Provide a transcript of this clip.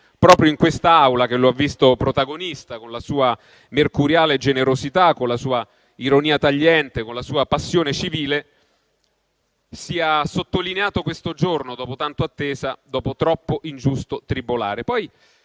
proprio in quest'Aula che lo ha visto protagonista con la sua mercuriale generosità, con la sua ironia tagliente, con la sua passione civile, sia sottolineato questo giorno dopo tanta attesa, dopo troppo ingiusto tribolare.